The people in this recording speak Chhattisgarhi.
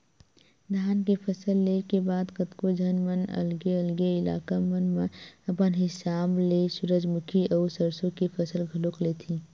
धान के फसल ले के बाद कतको झन मन अलगे अलगे इलाका मन म अपन हिसाब ले सूरजमुखी अउ सरसो के फसल घलोक लेथे